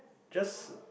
just